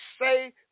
say